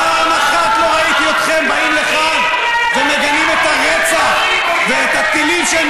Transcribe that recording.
פעם אחת לא ראיתי אתכם באים לכאן ומגנים את הרצח ואת הטילים שהם